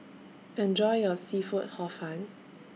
Enjoy your Seafood Hor Fun